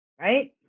right